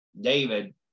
david